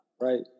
Right